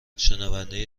شنونده